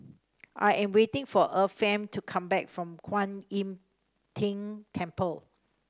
I am waiting for Efrem to come back from Kuan Im Tng Temple